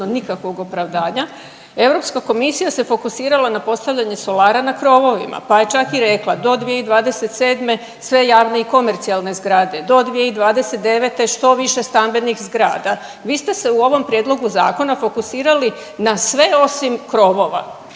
nikakvog opravdanja. Europska komisija se fokusirala na postavljanje solara na krovovima pa je čak i rekla do 2027. sve javne i komercijalne zgrade, do 2029. što više stambenih zgrada. Vi ste se u ovom prijedlogu zakona fokusirali na sve osim krovova.